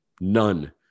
None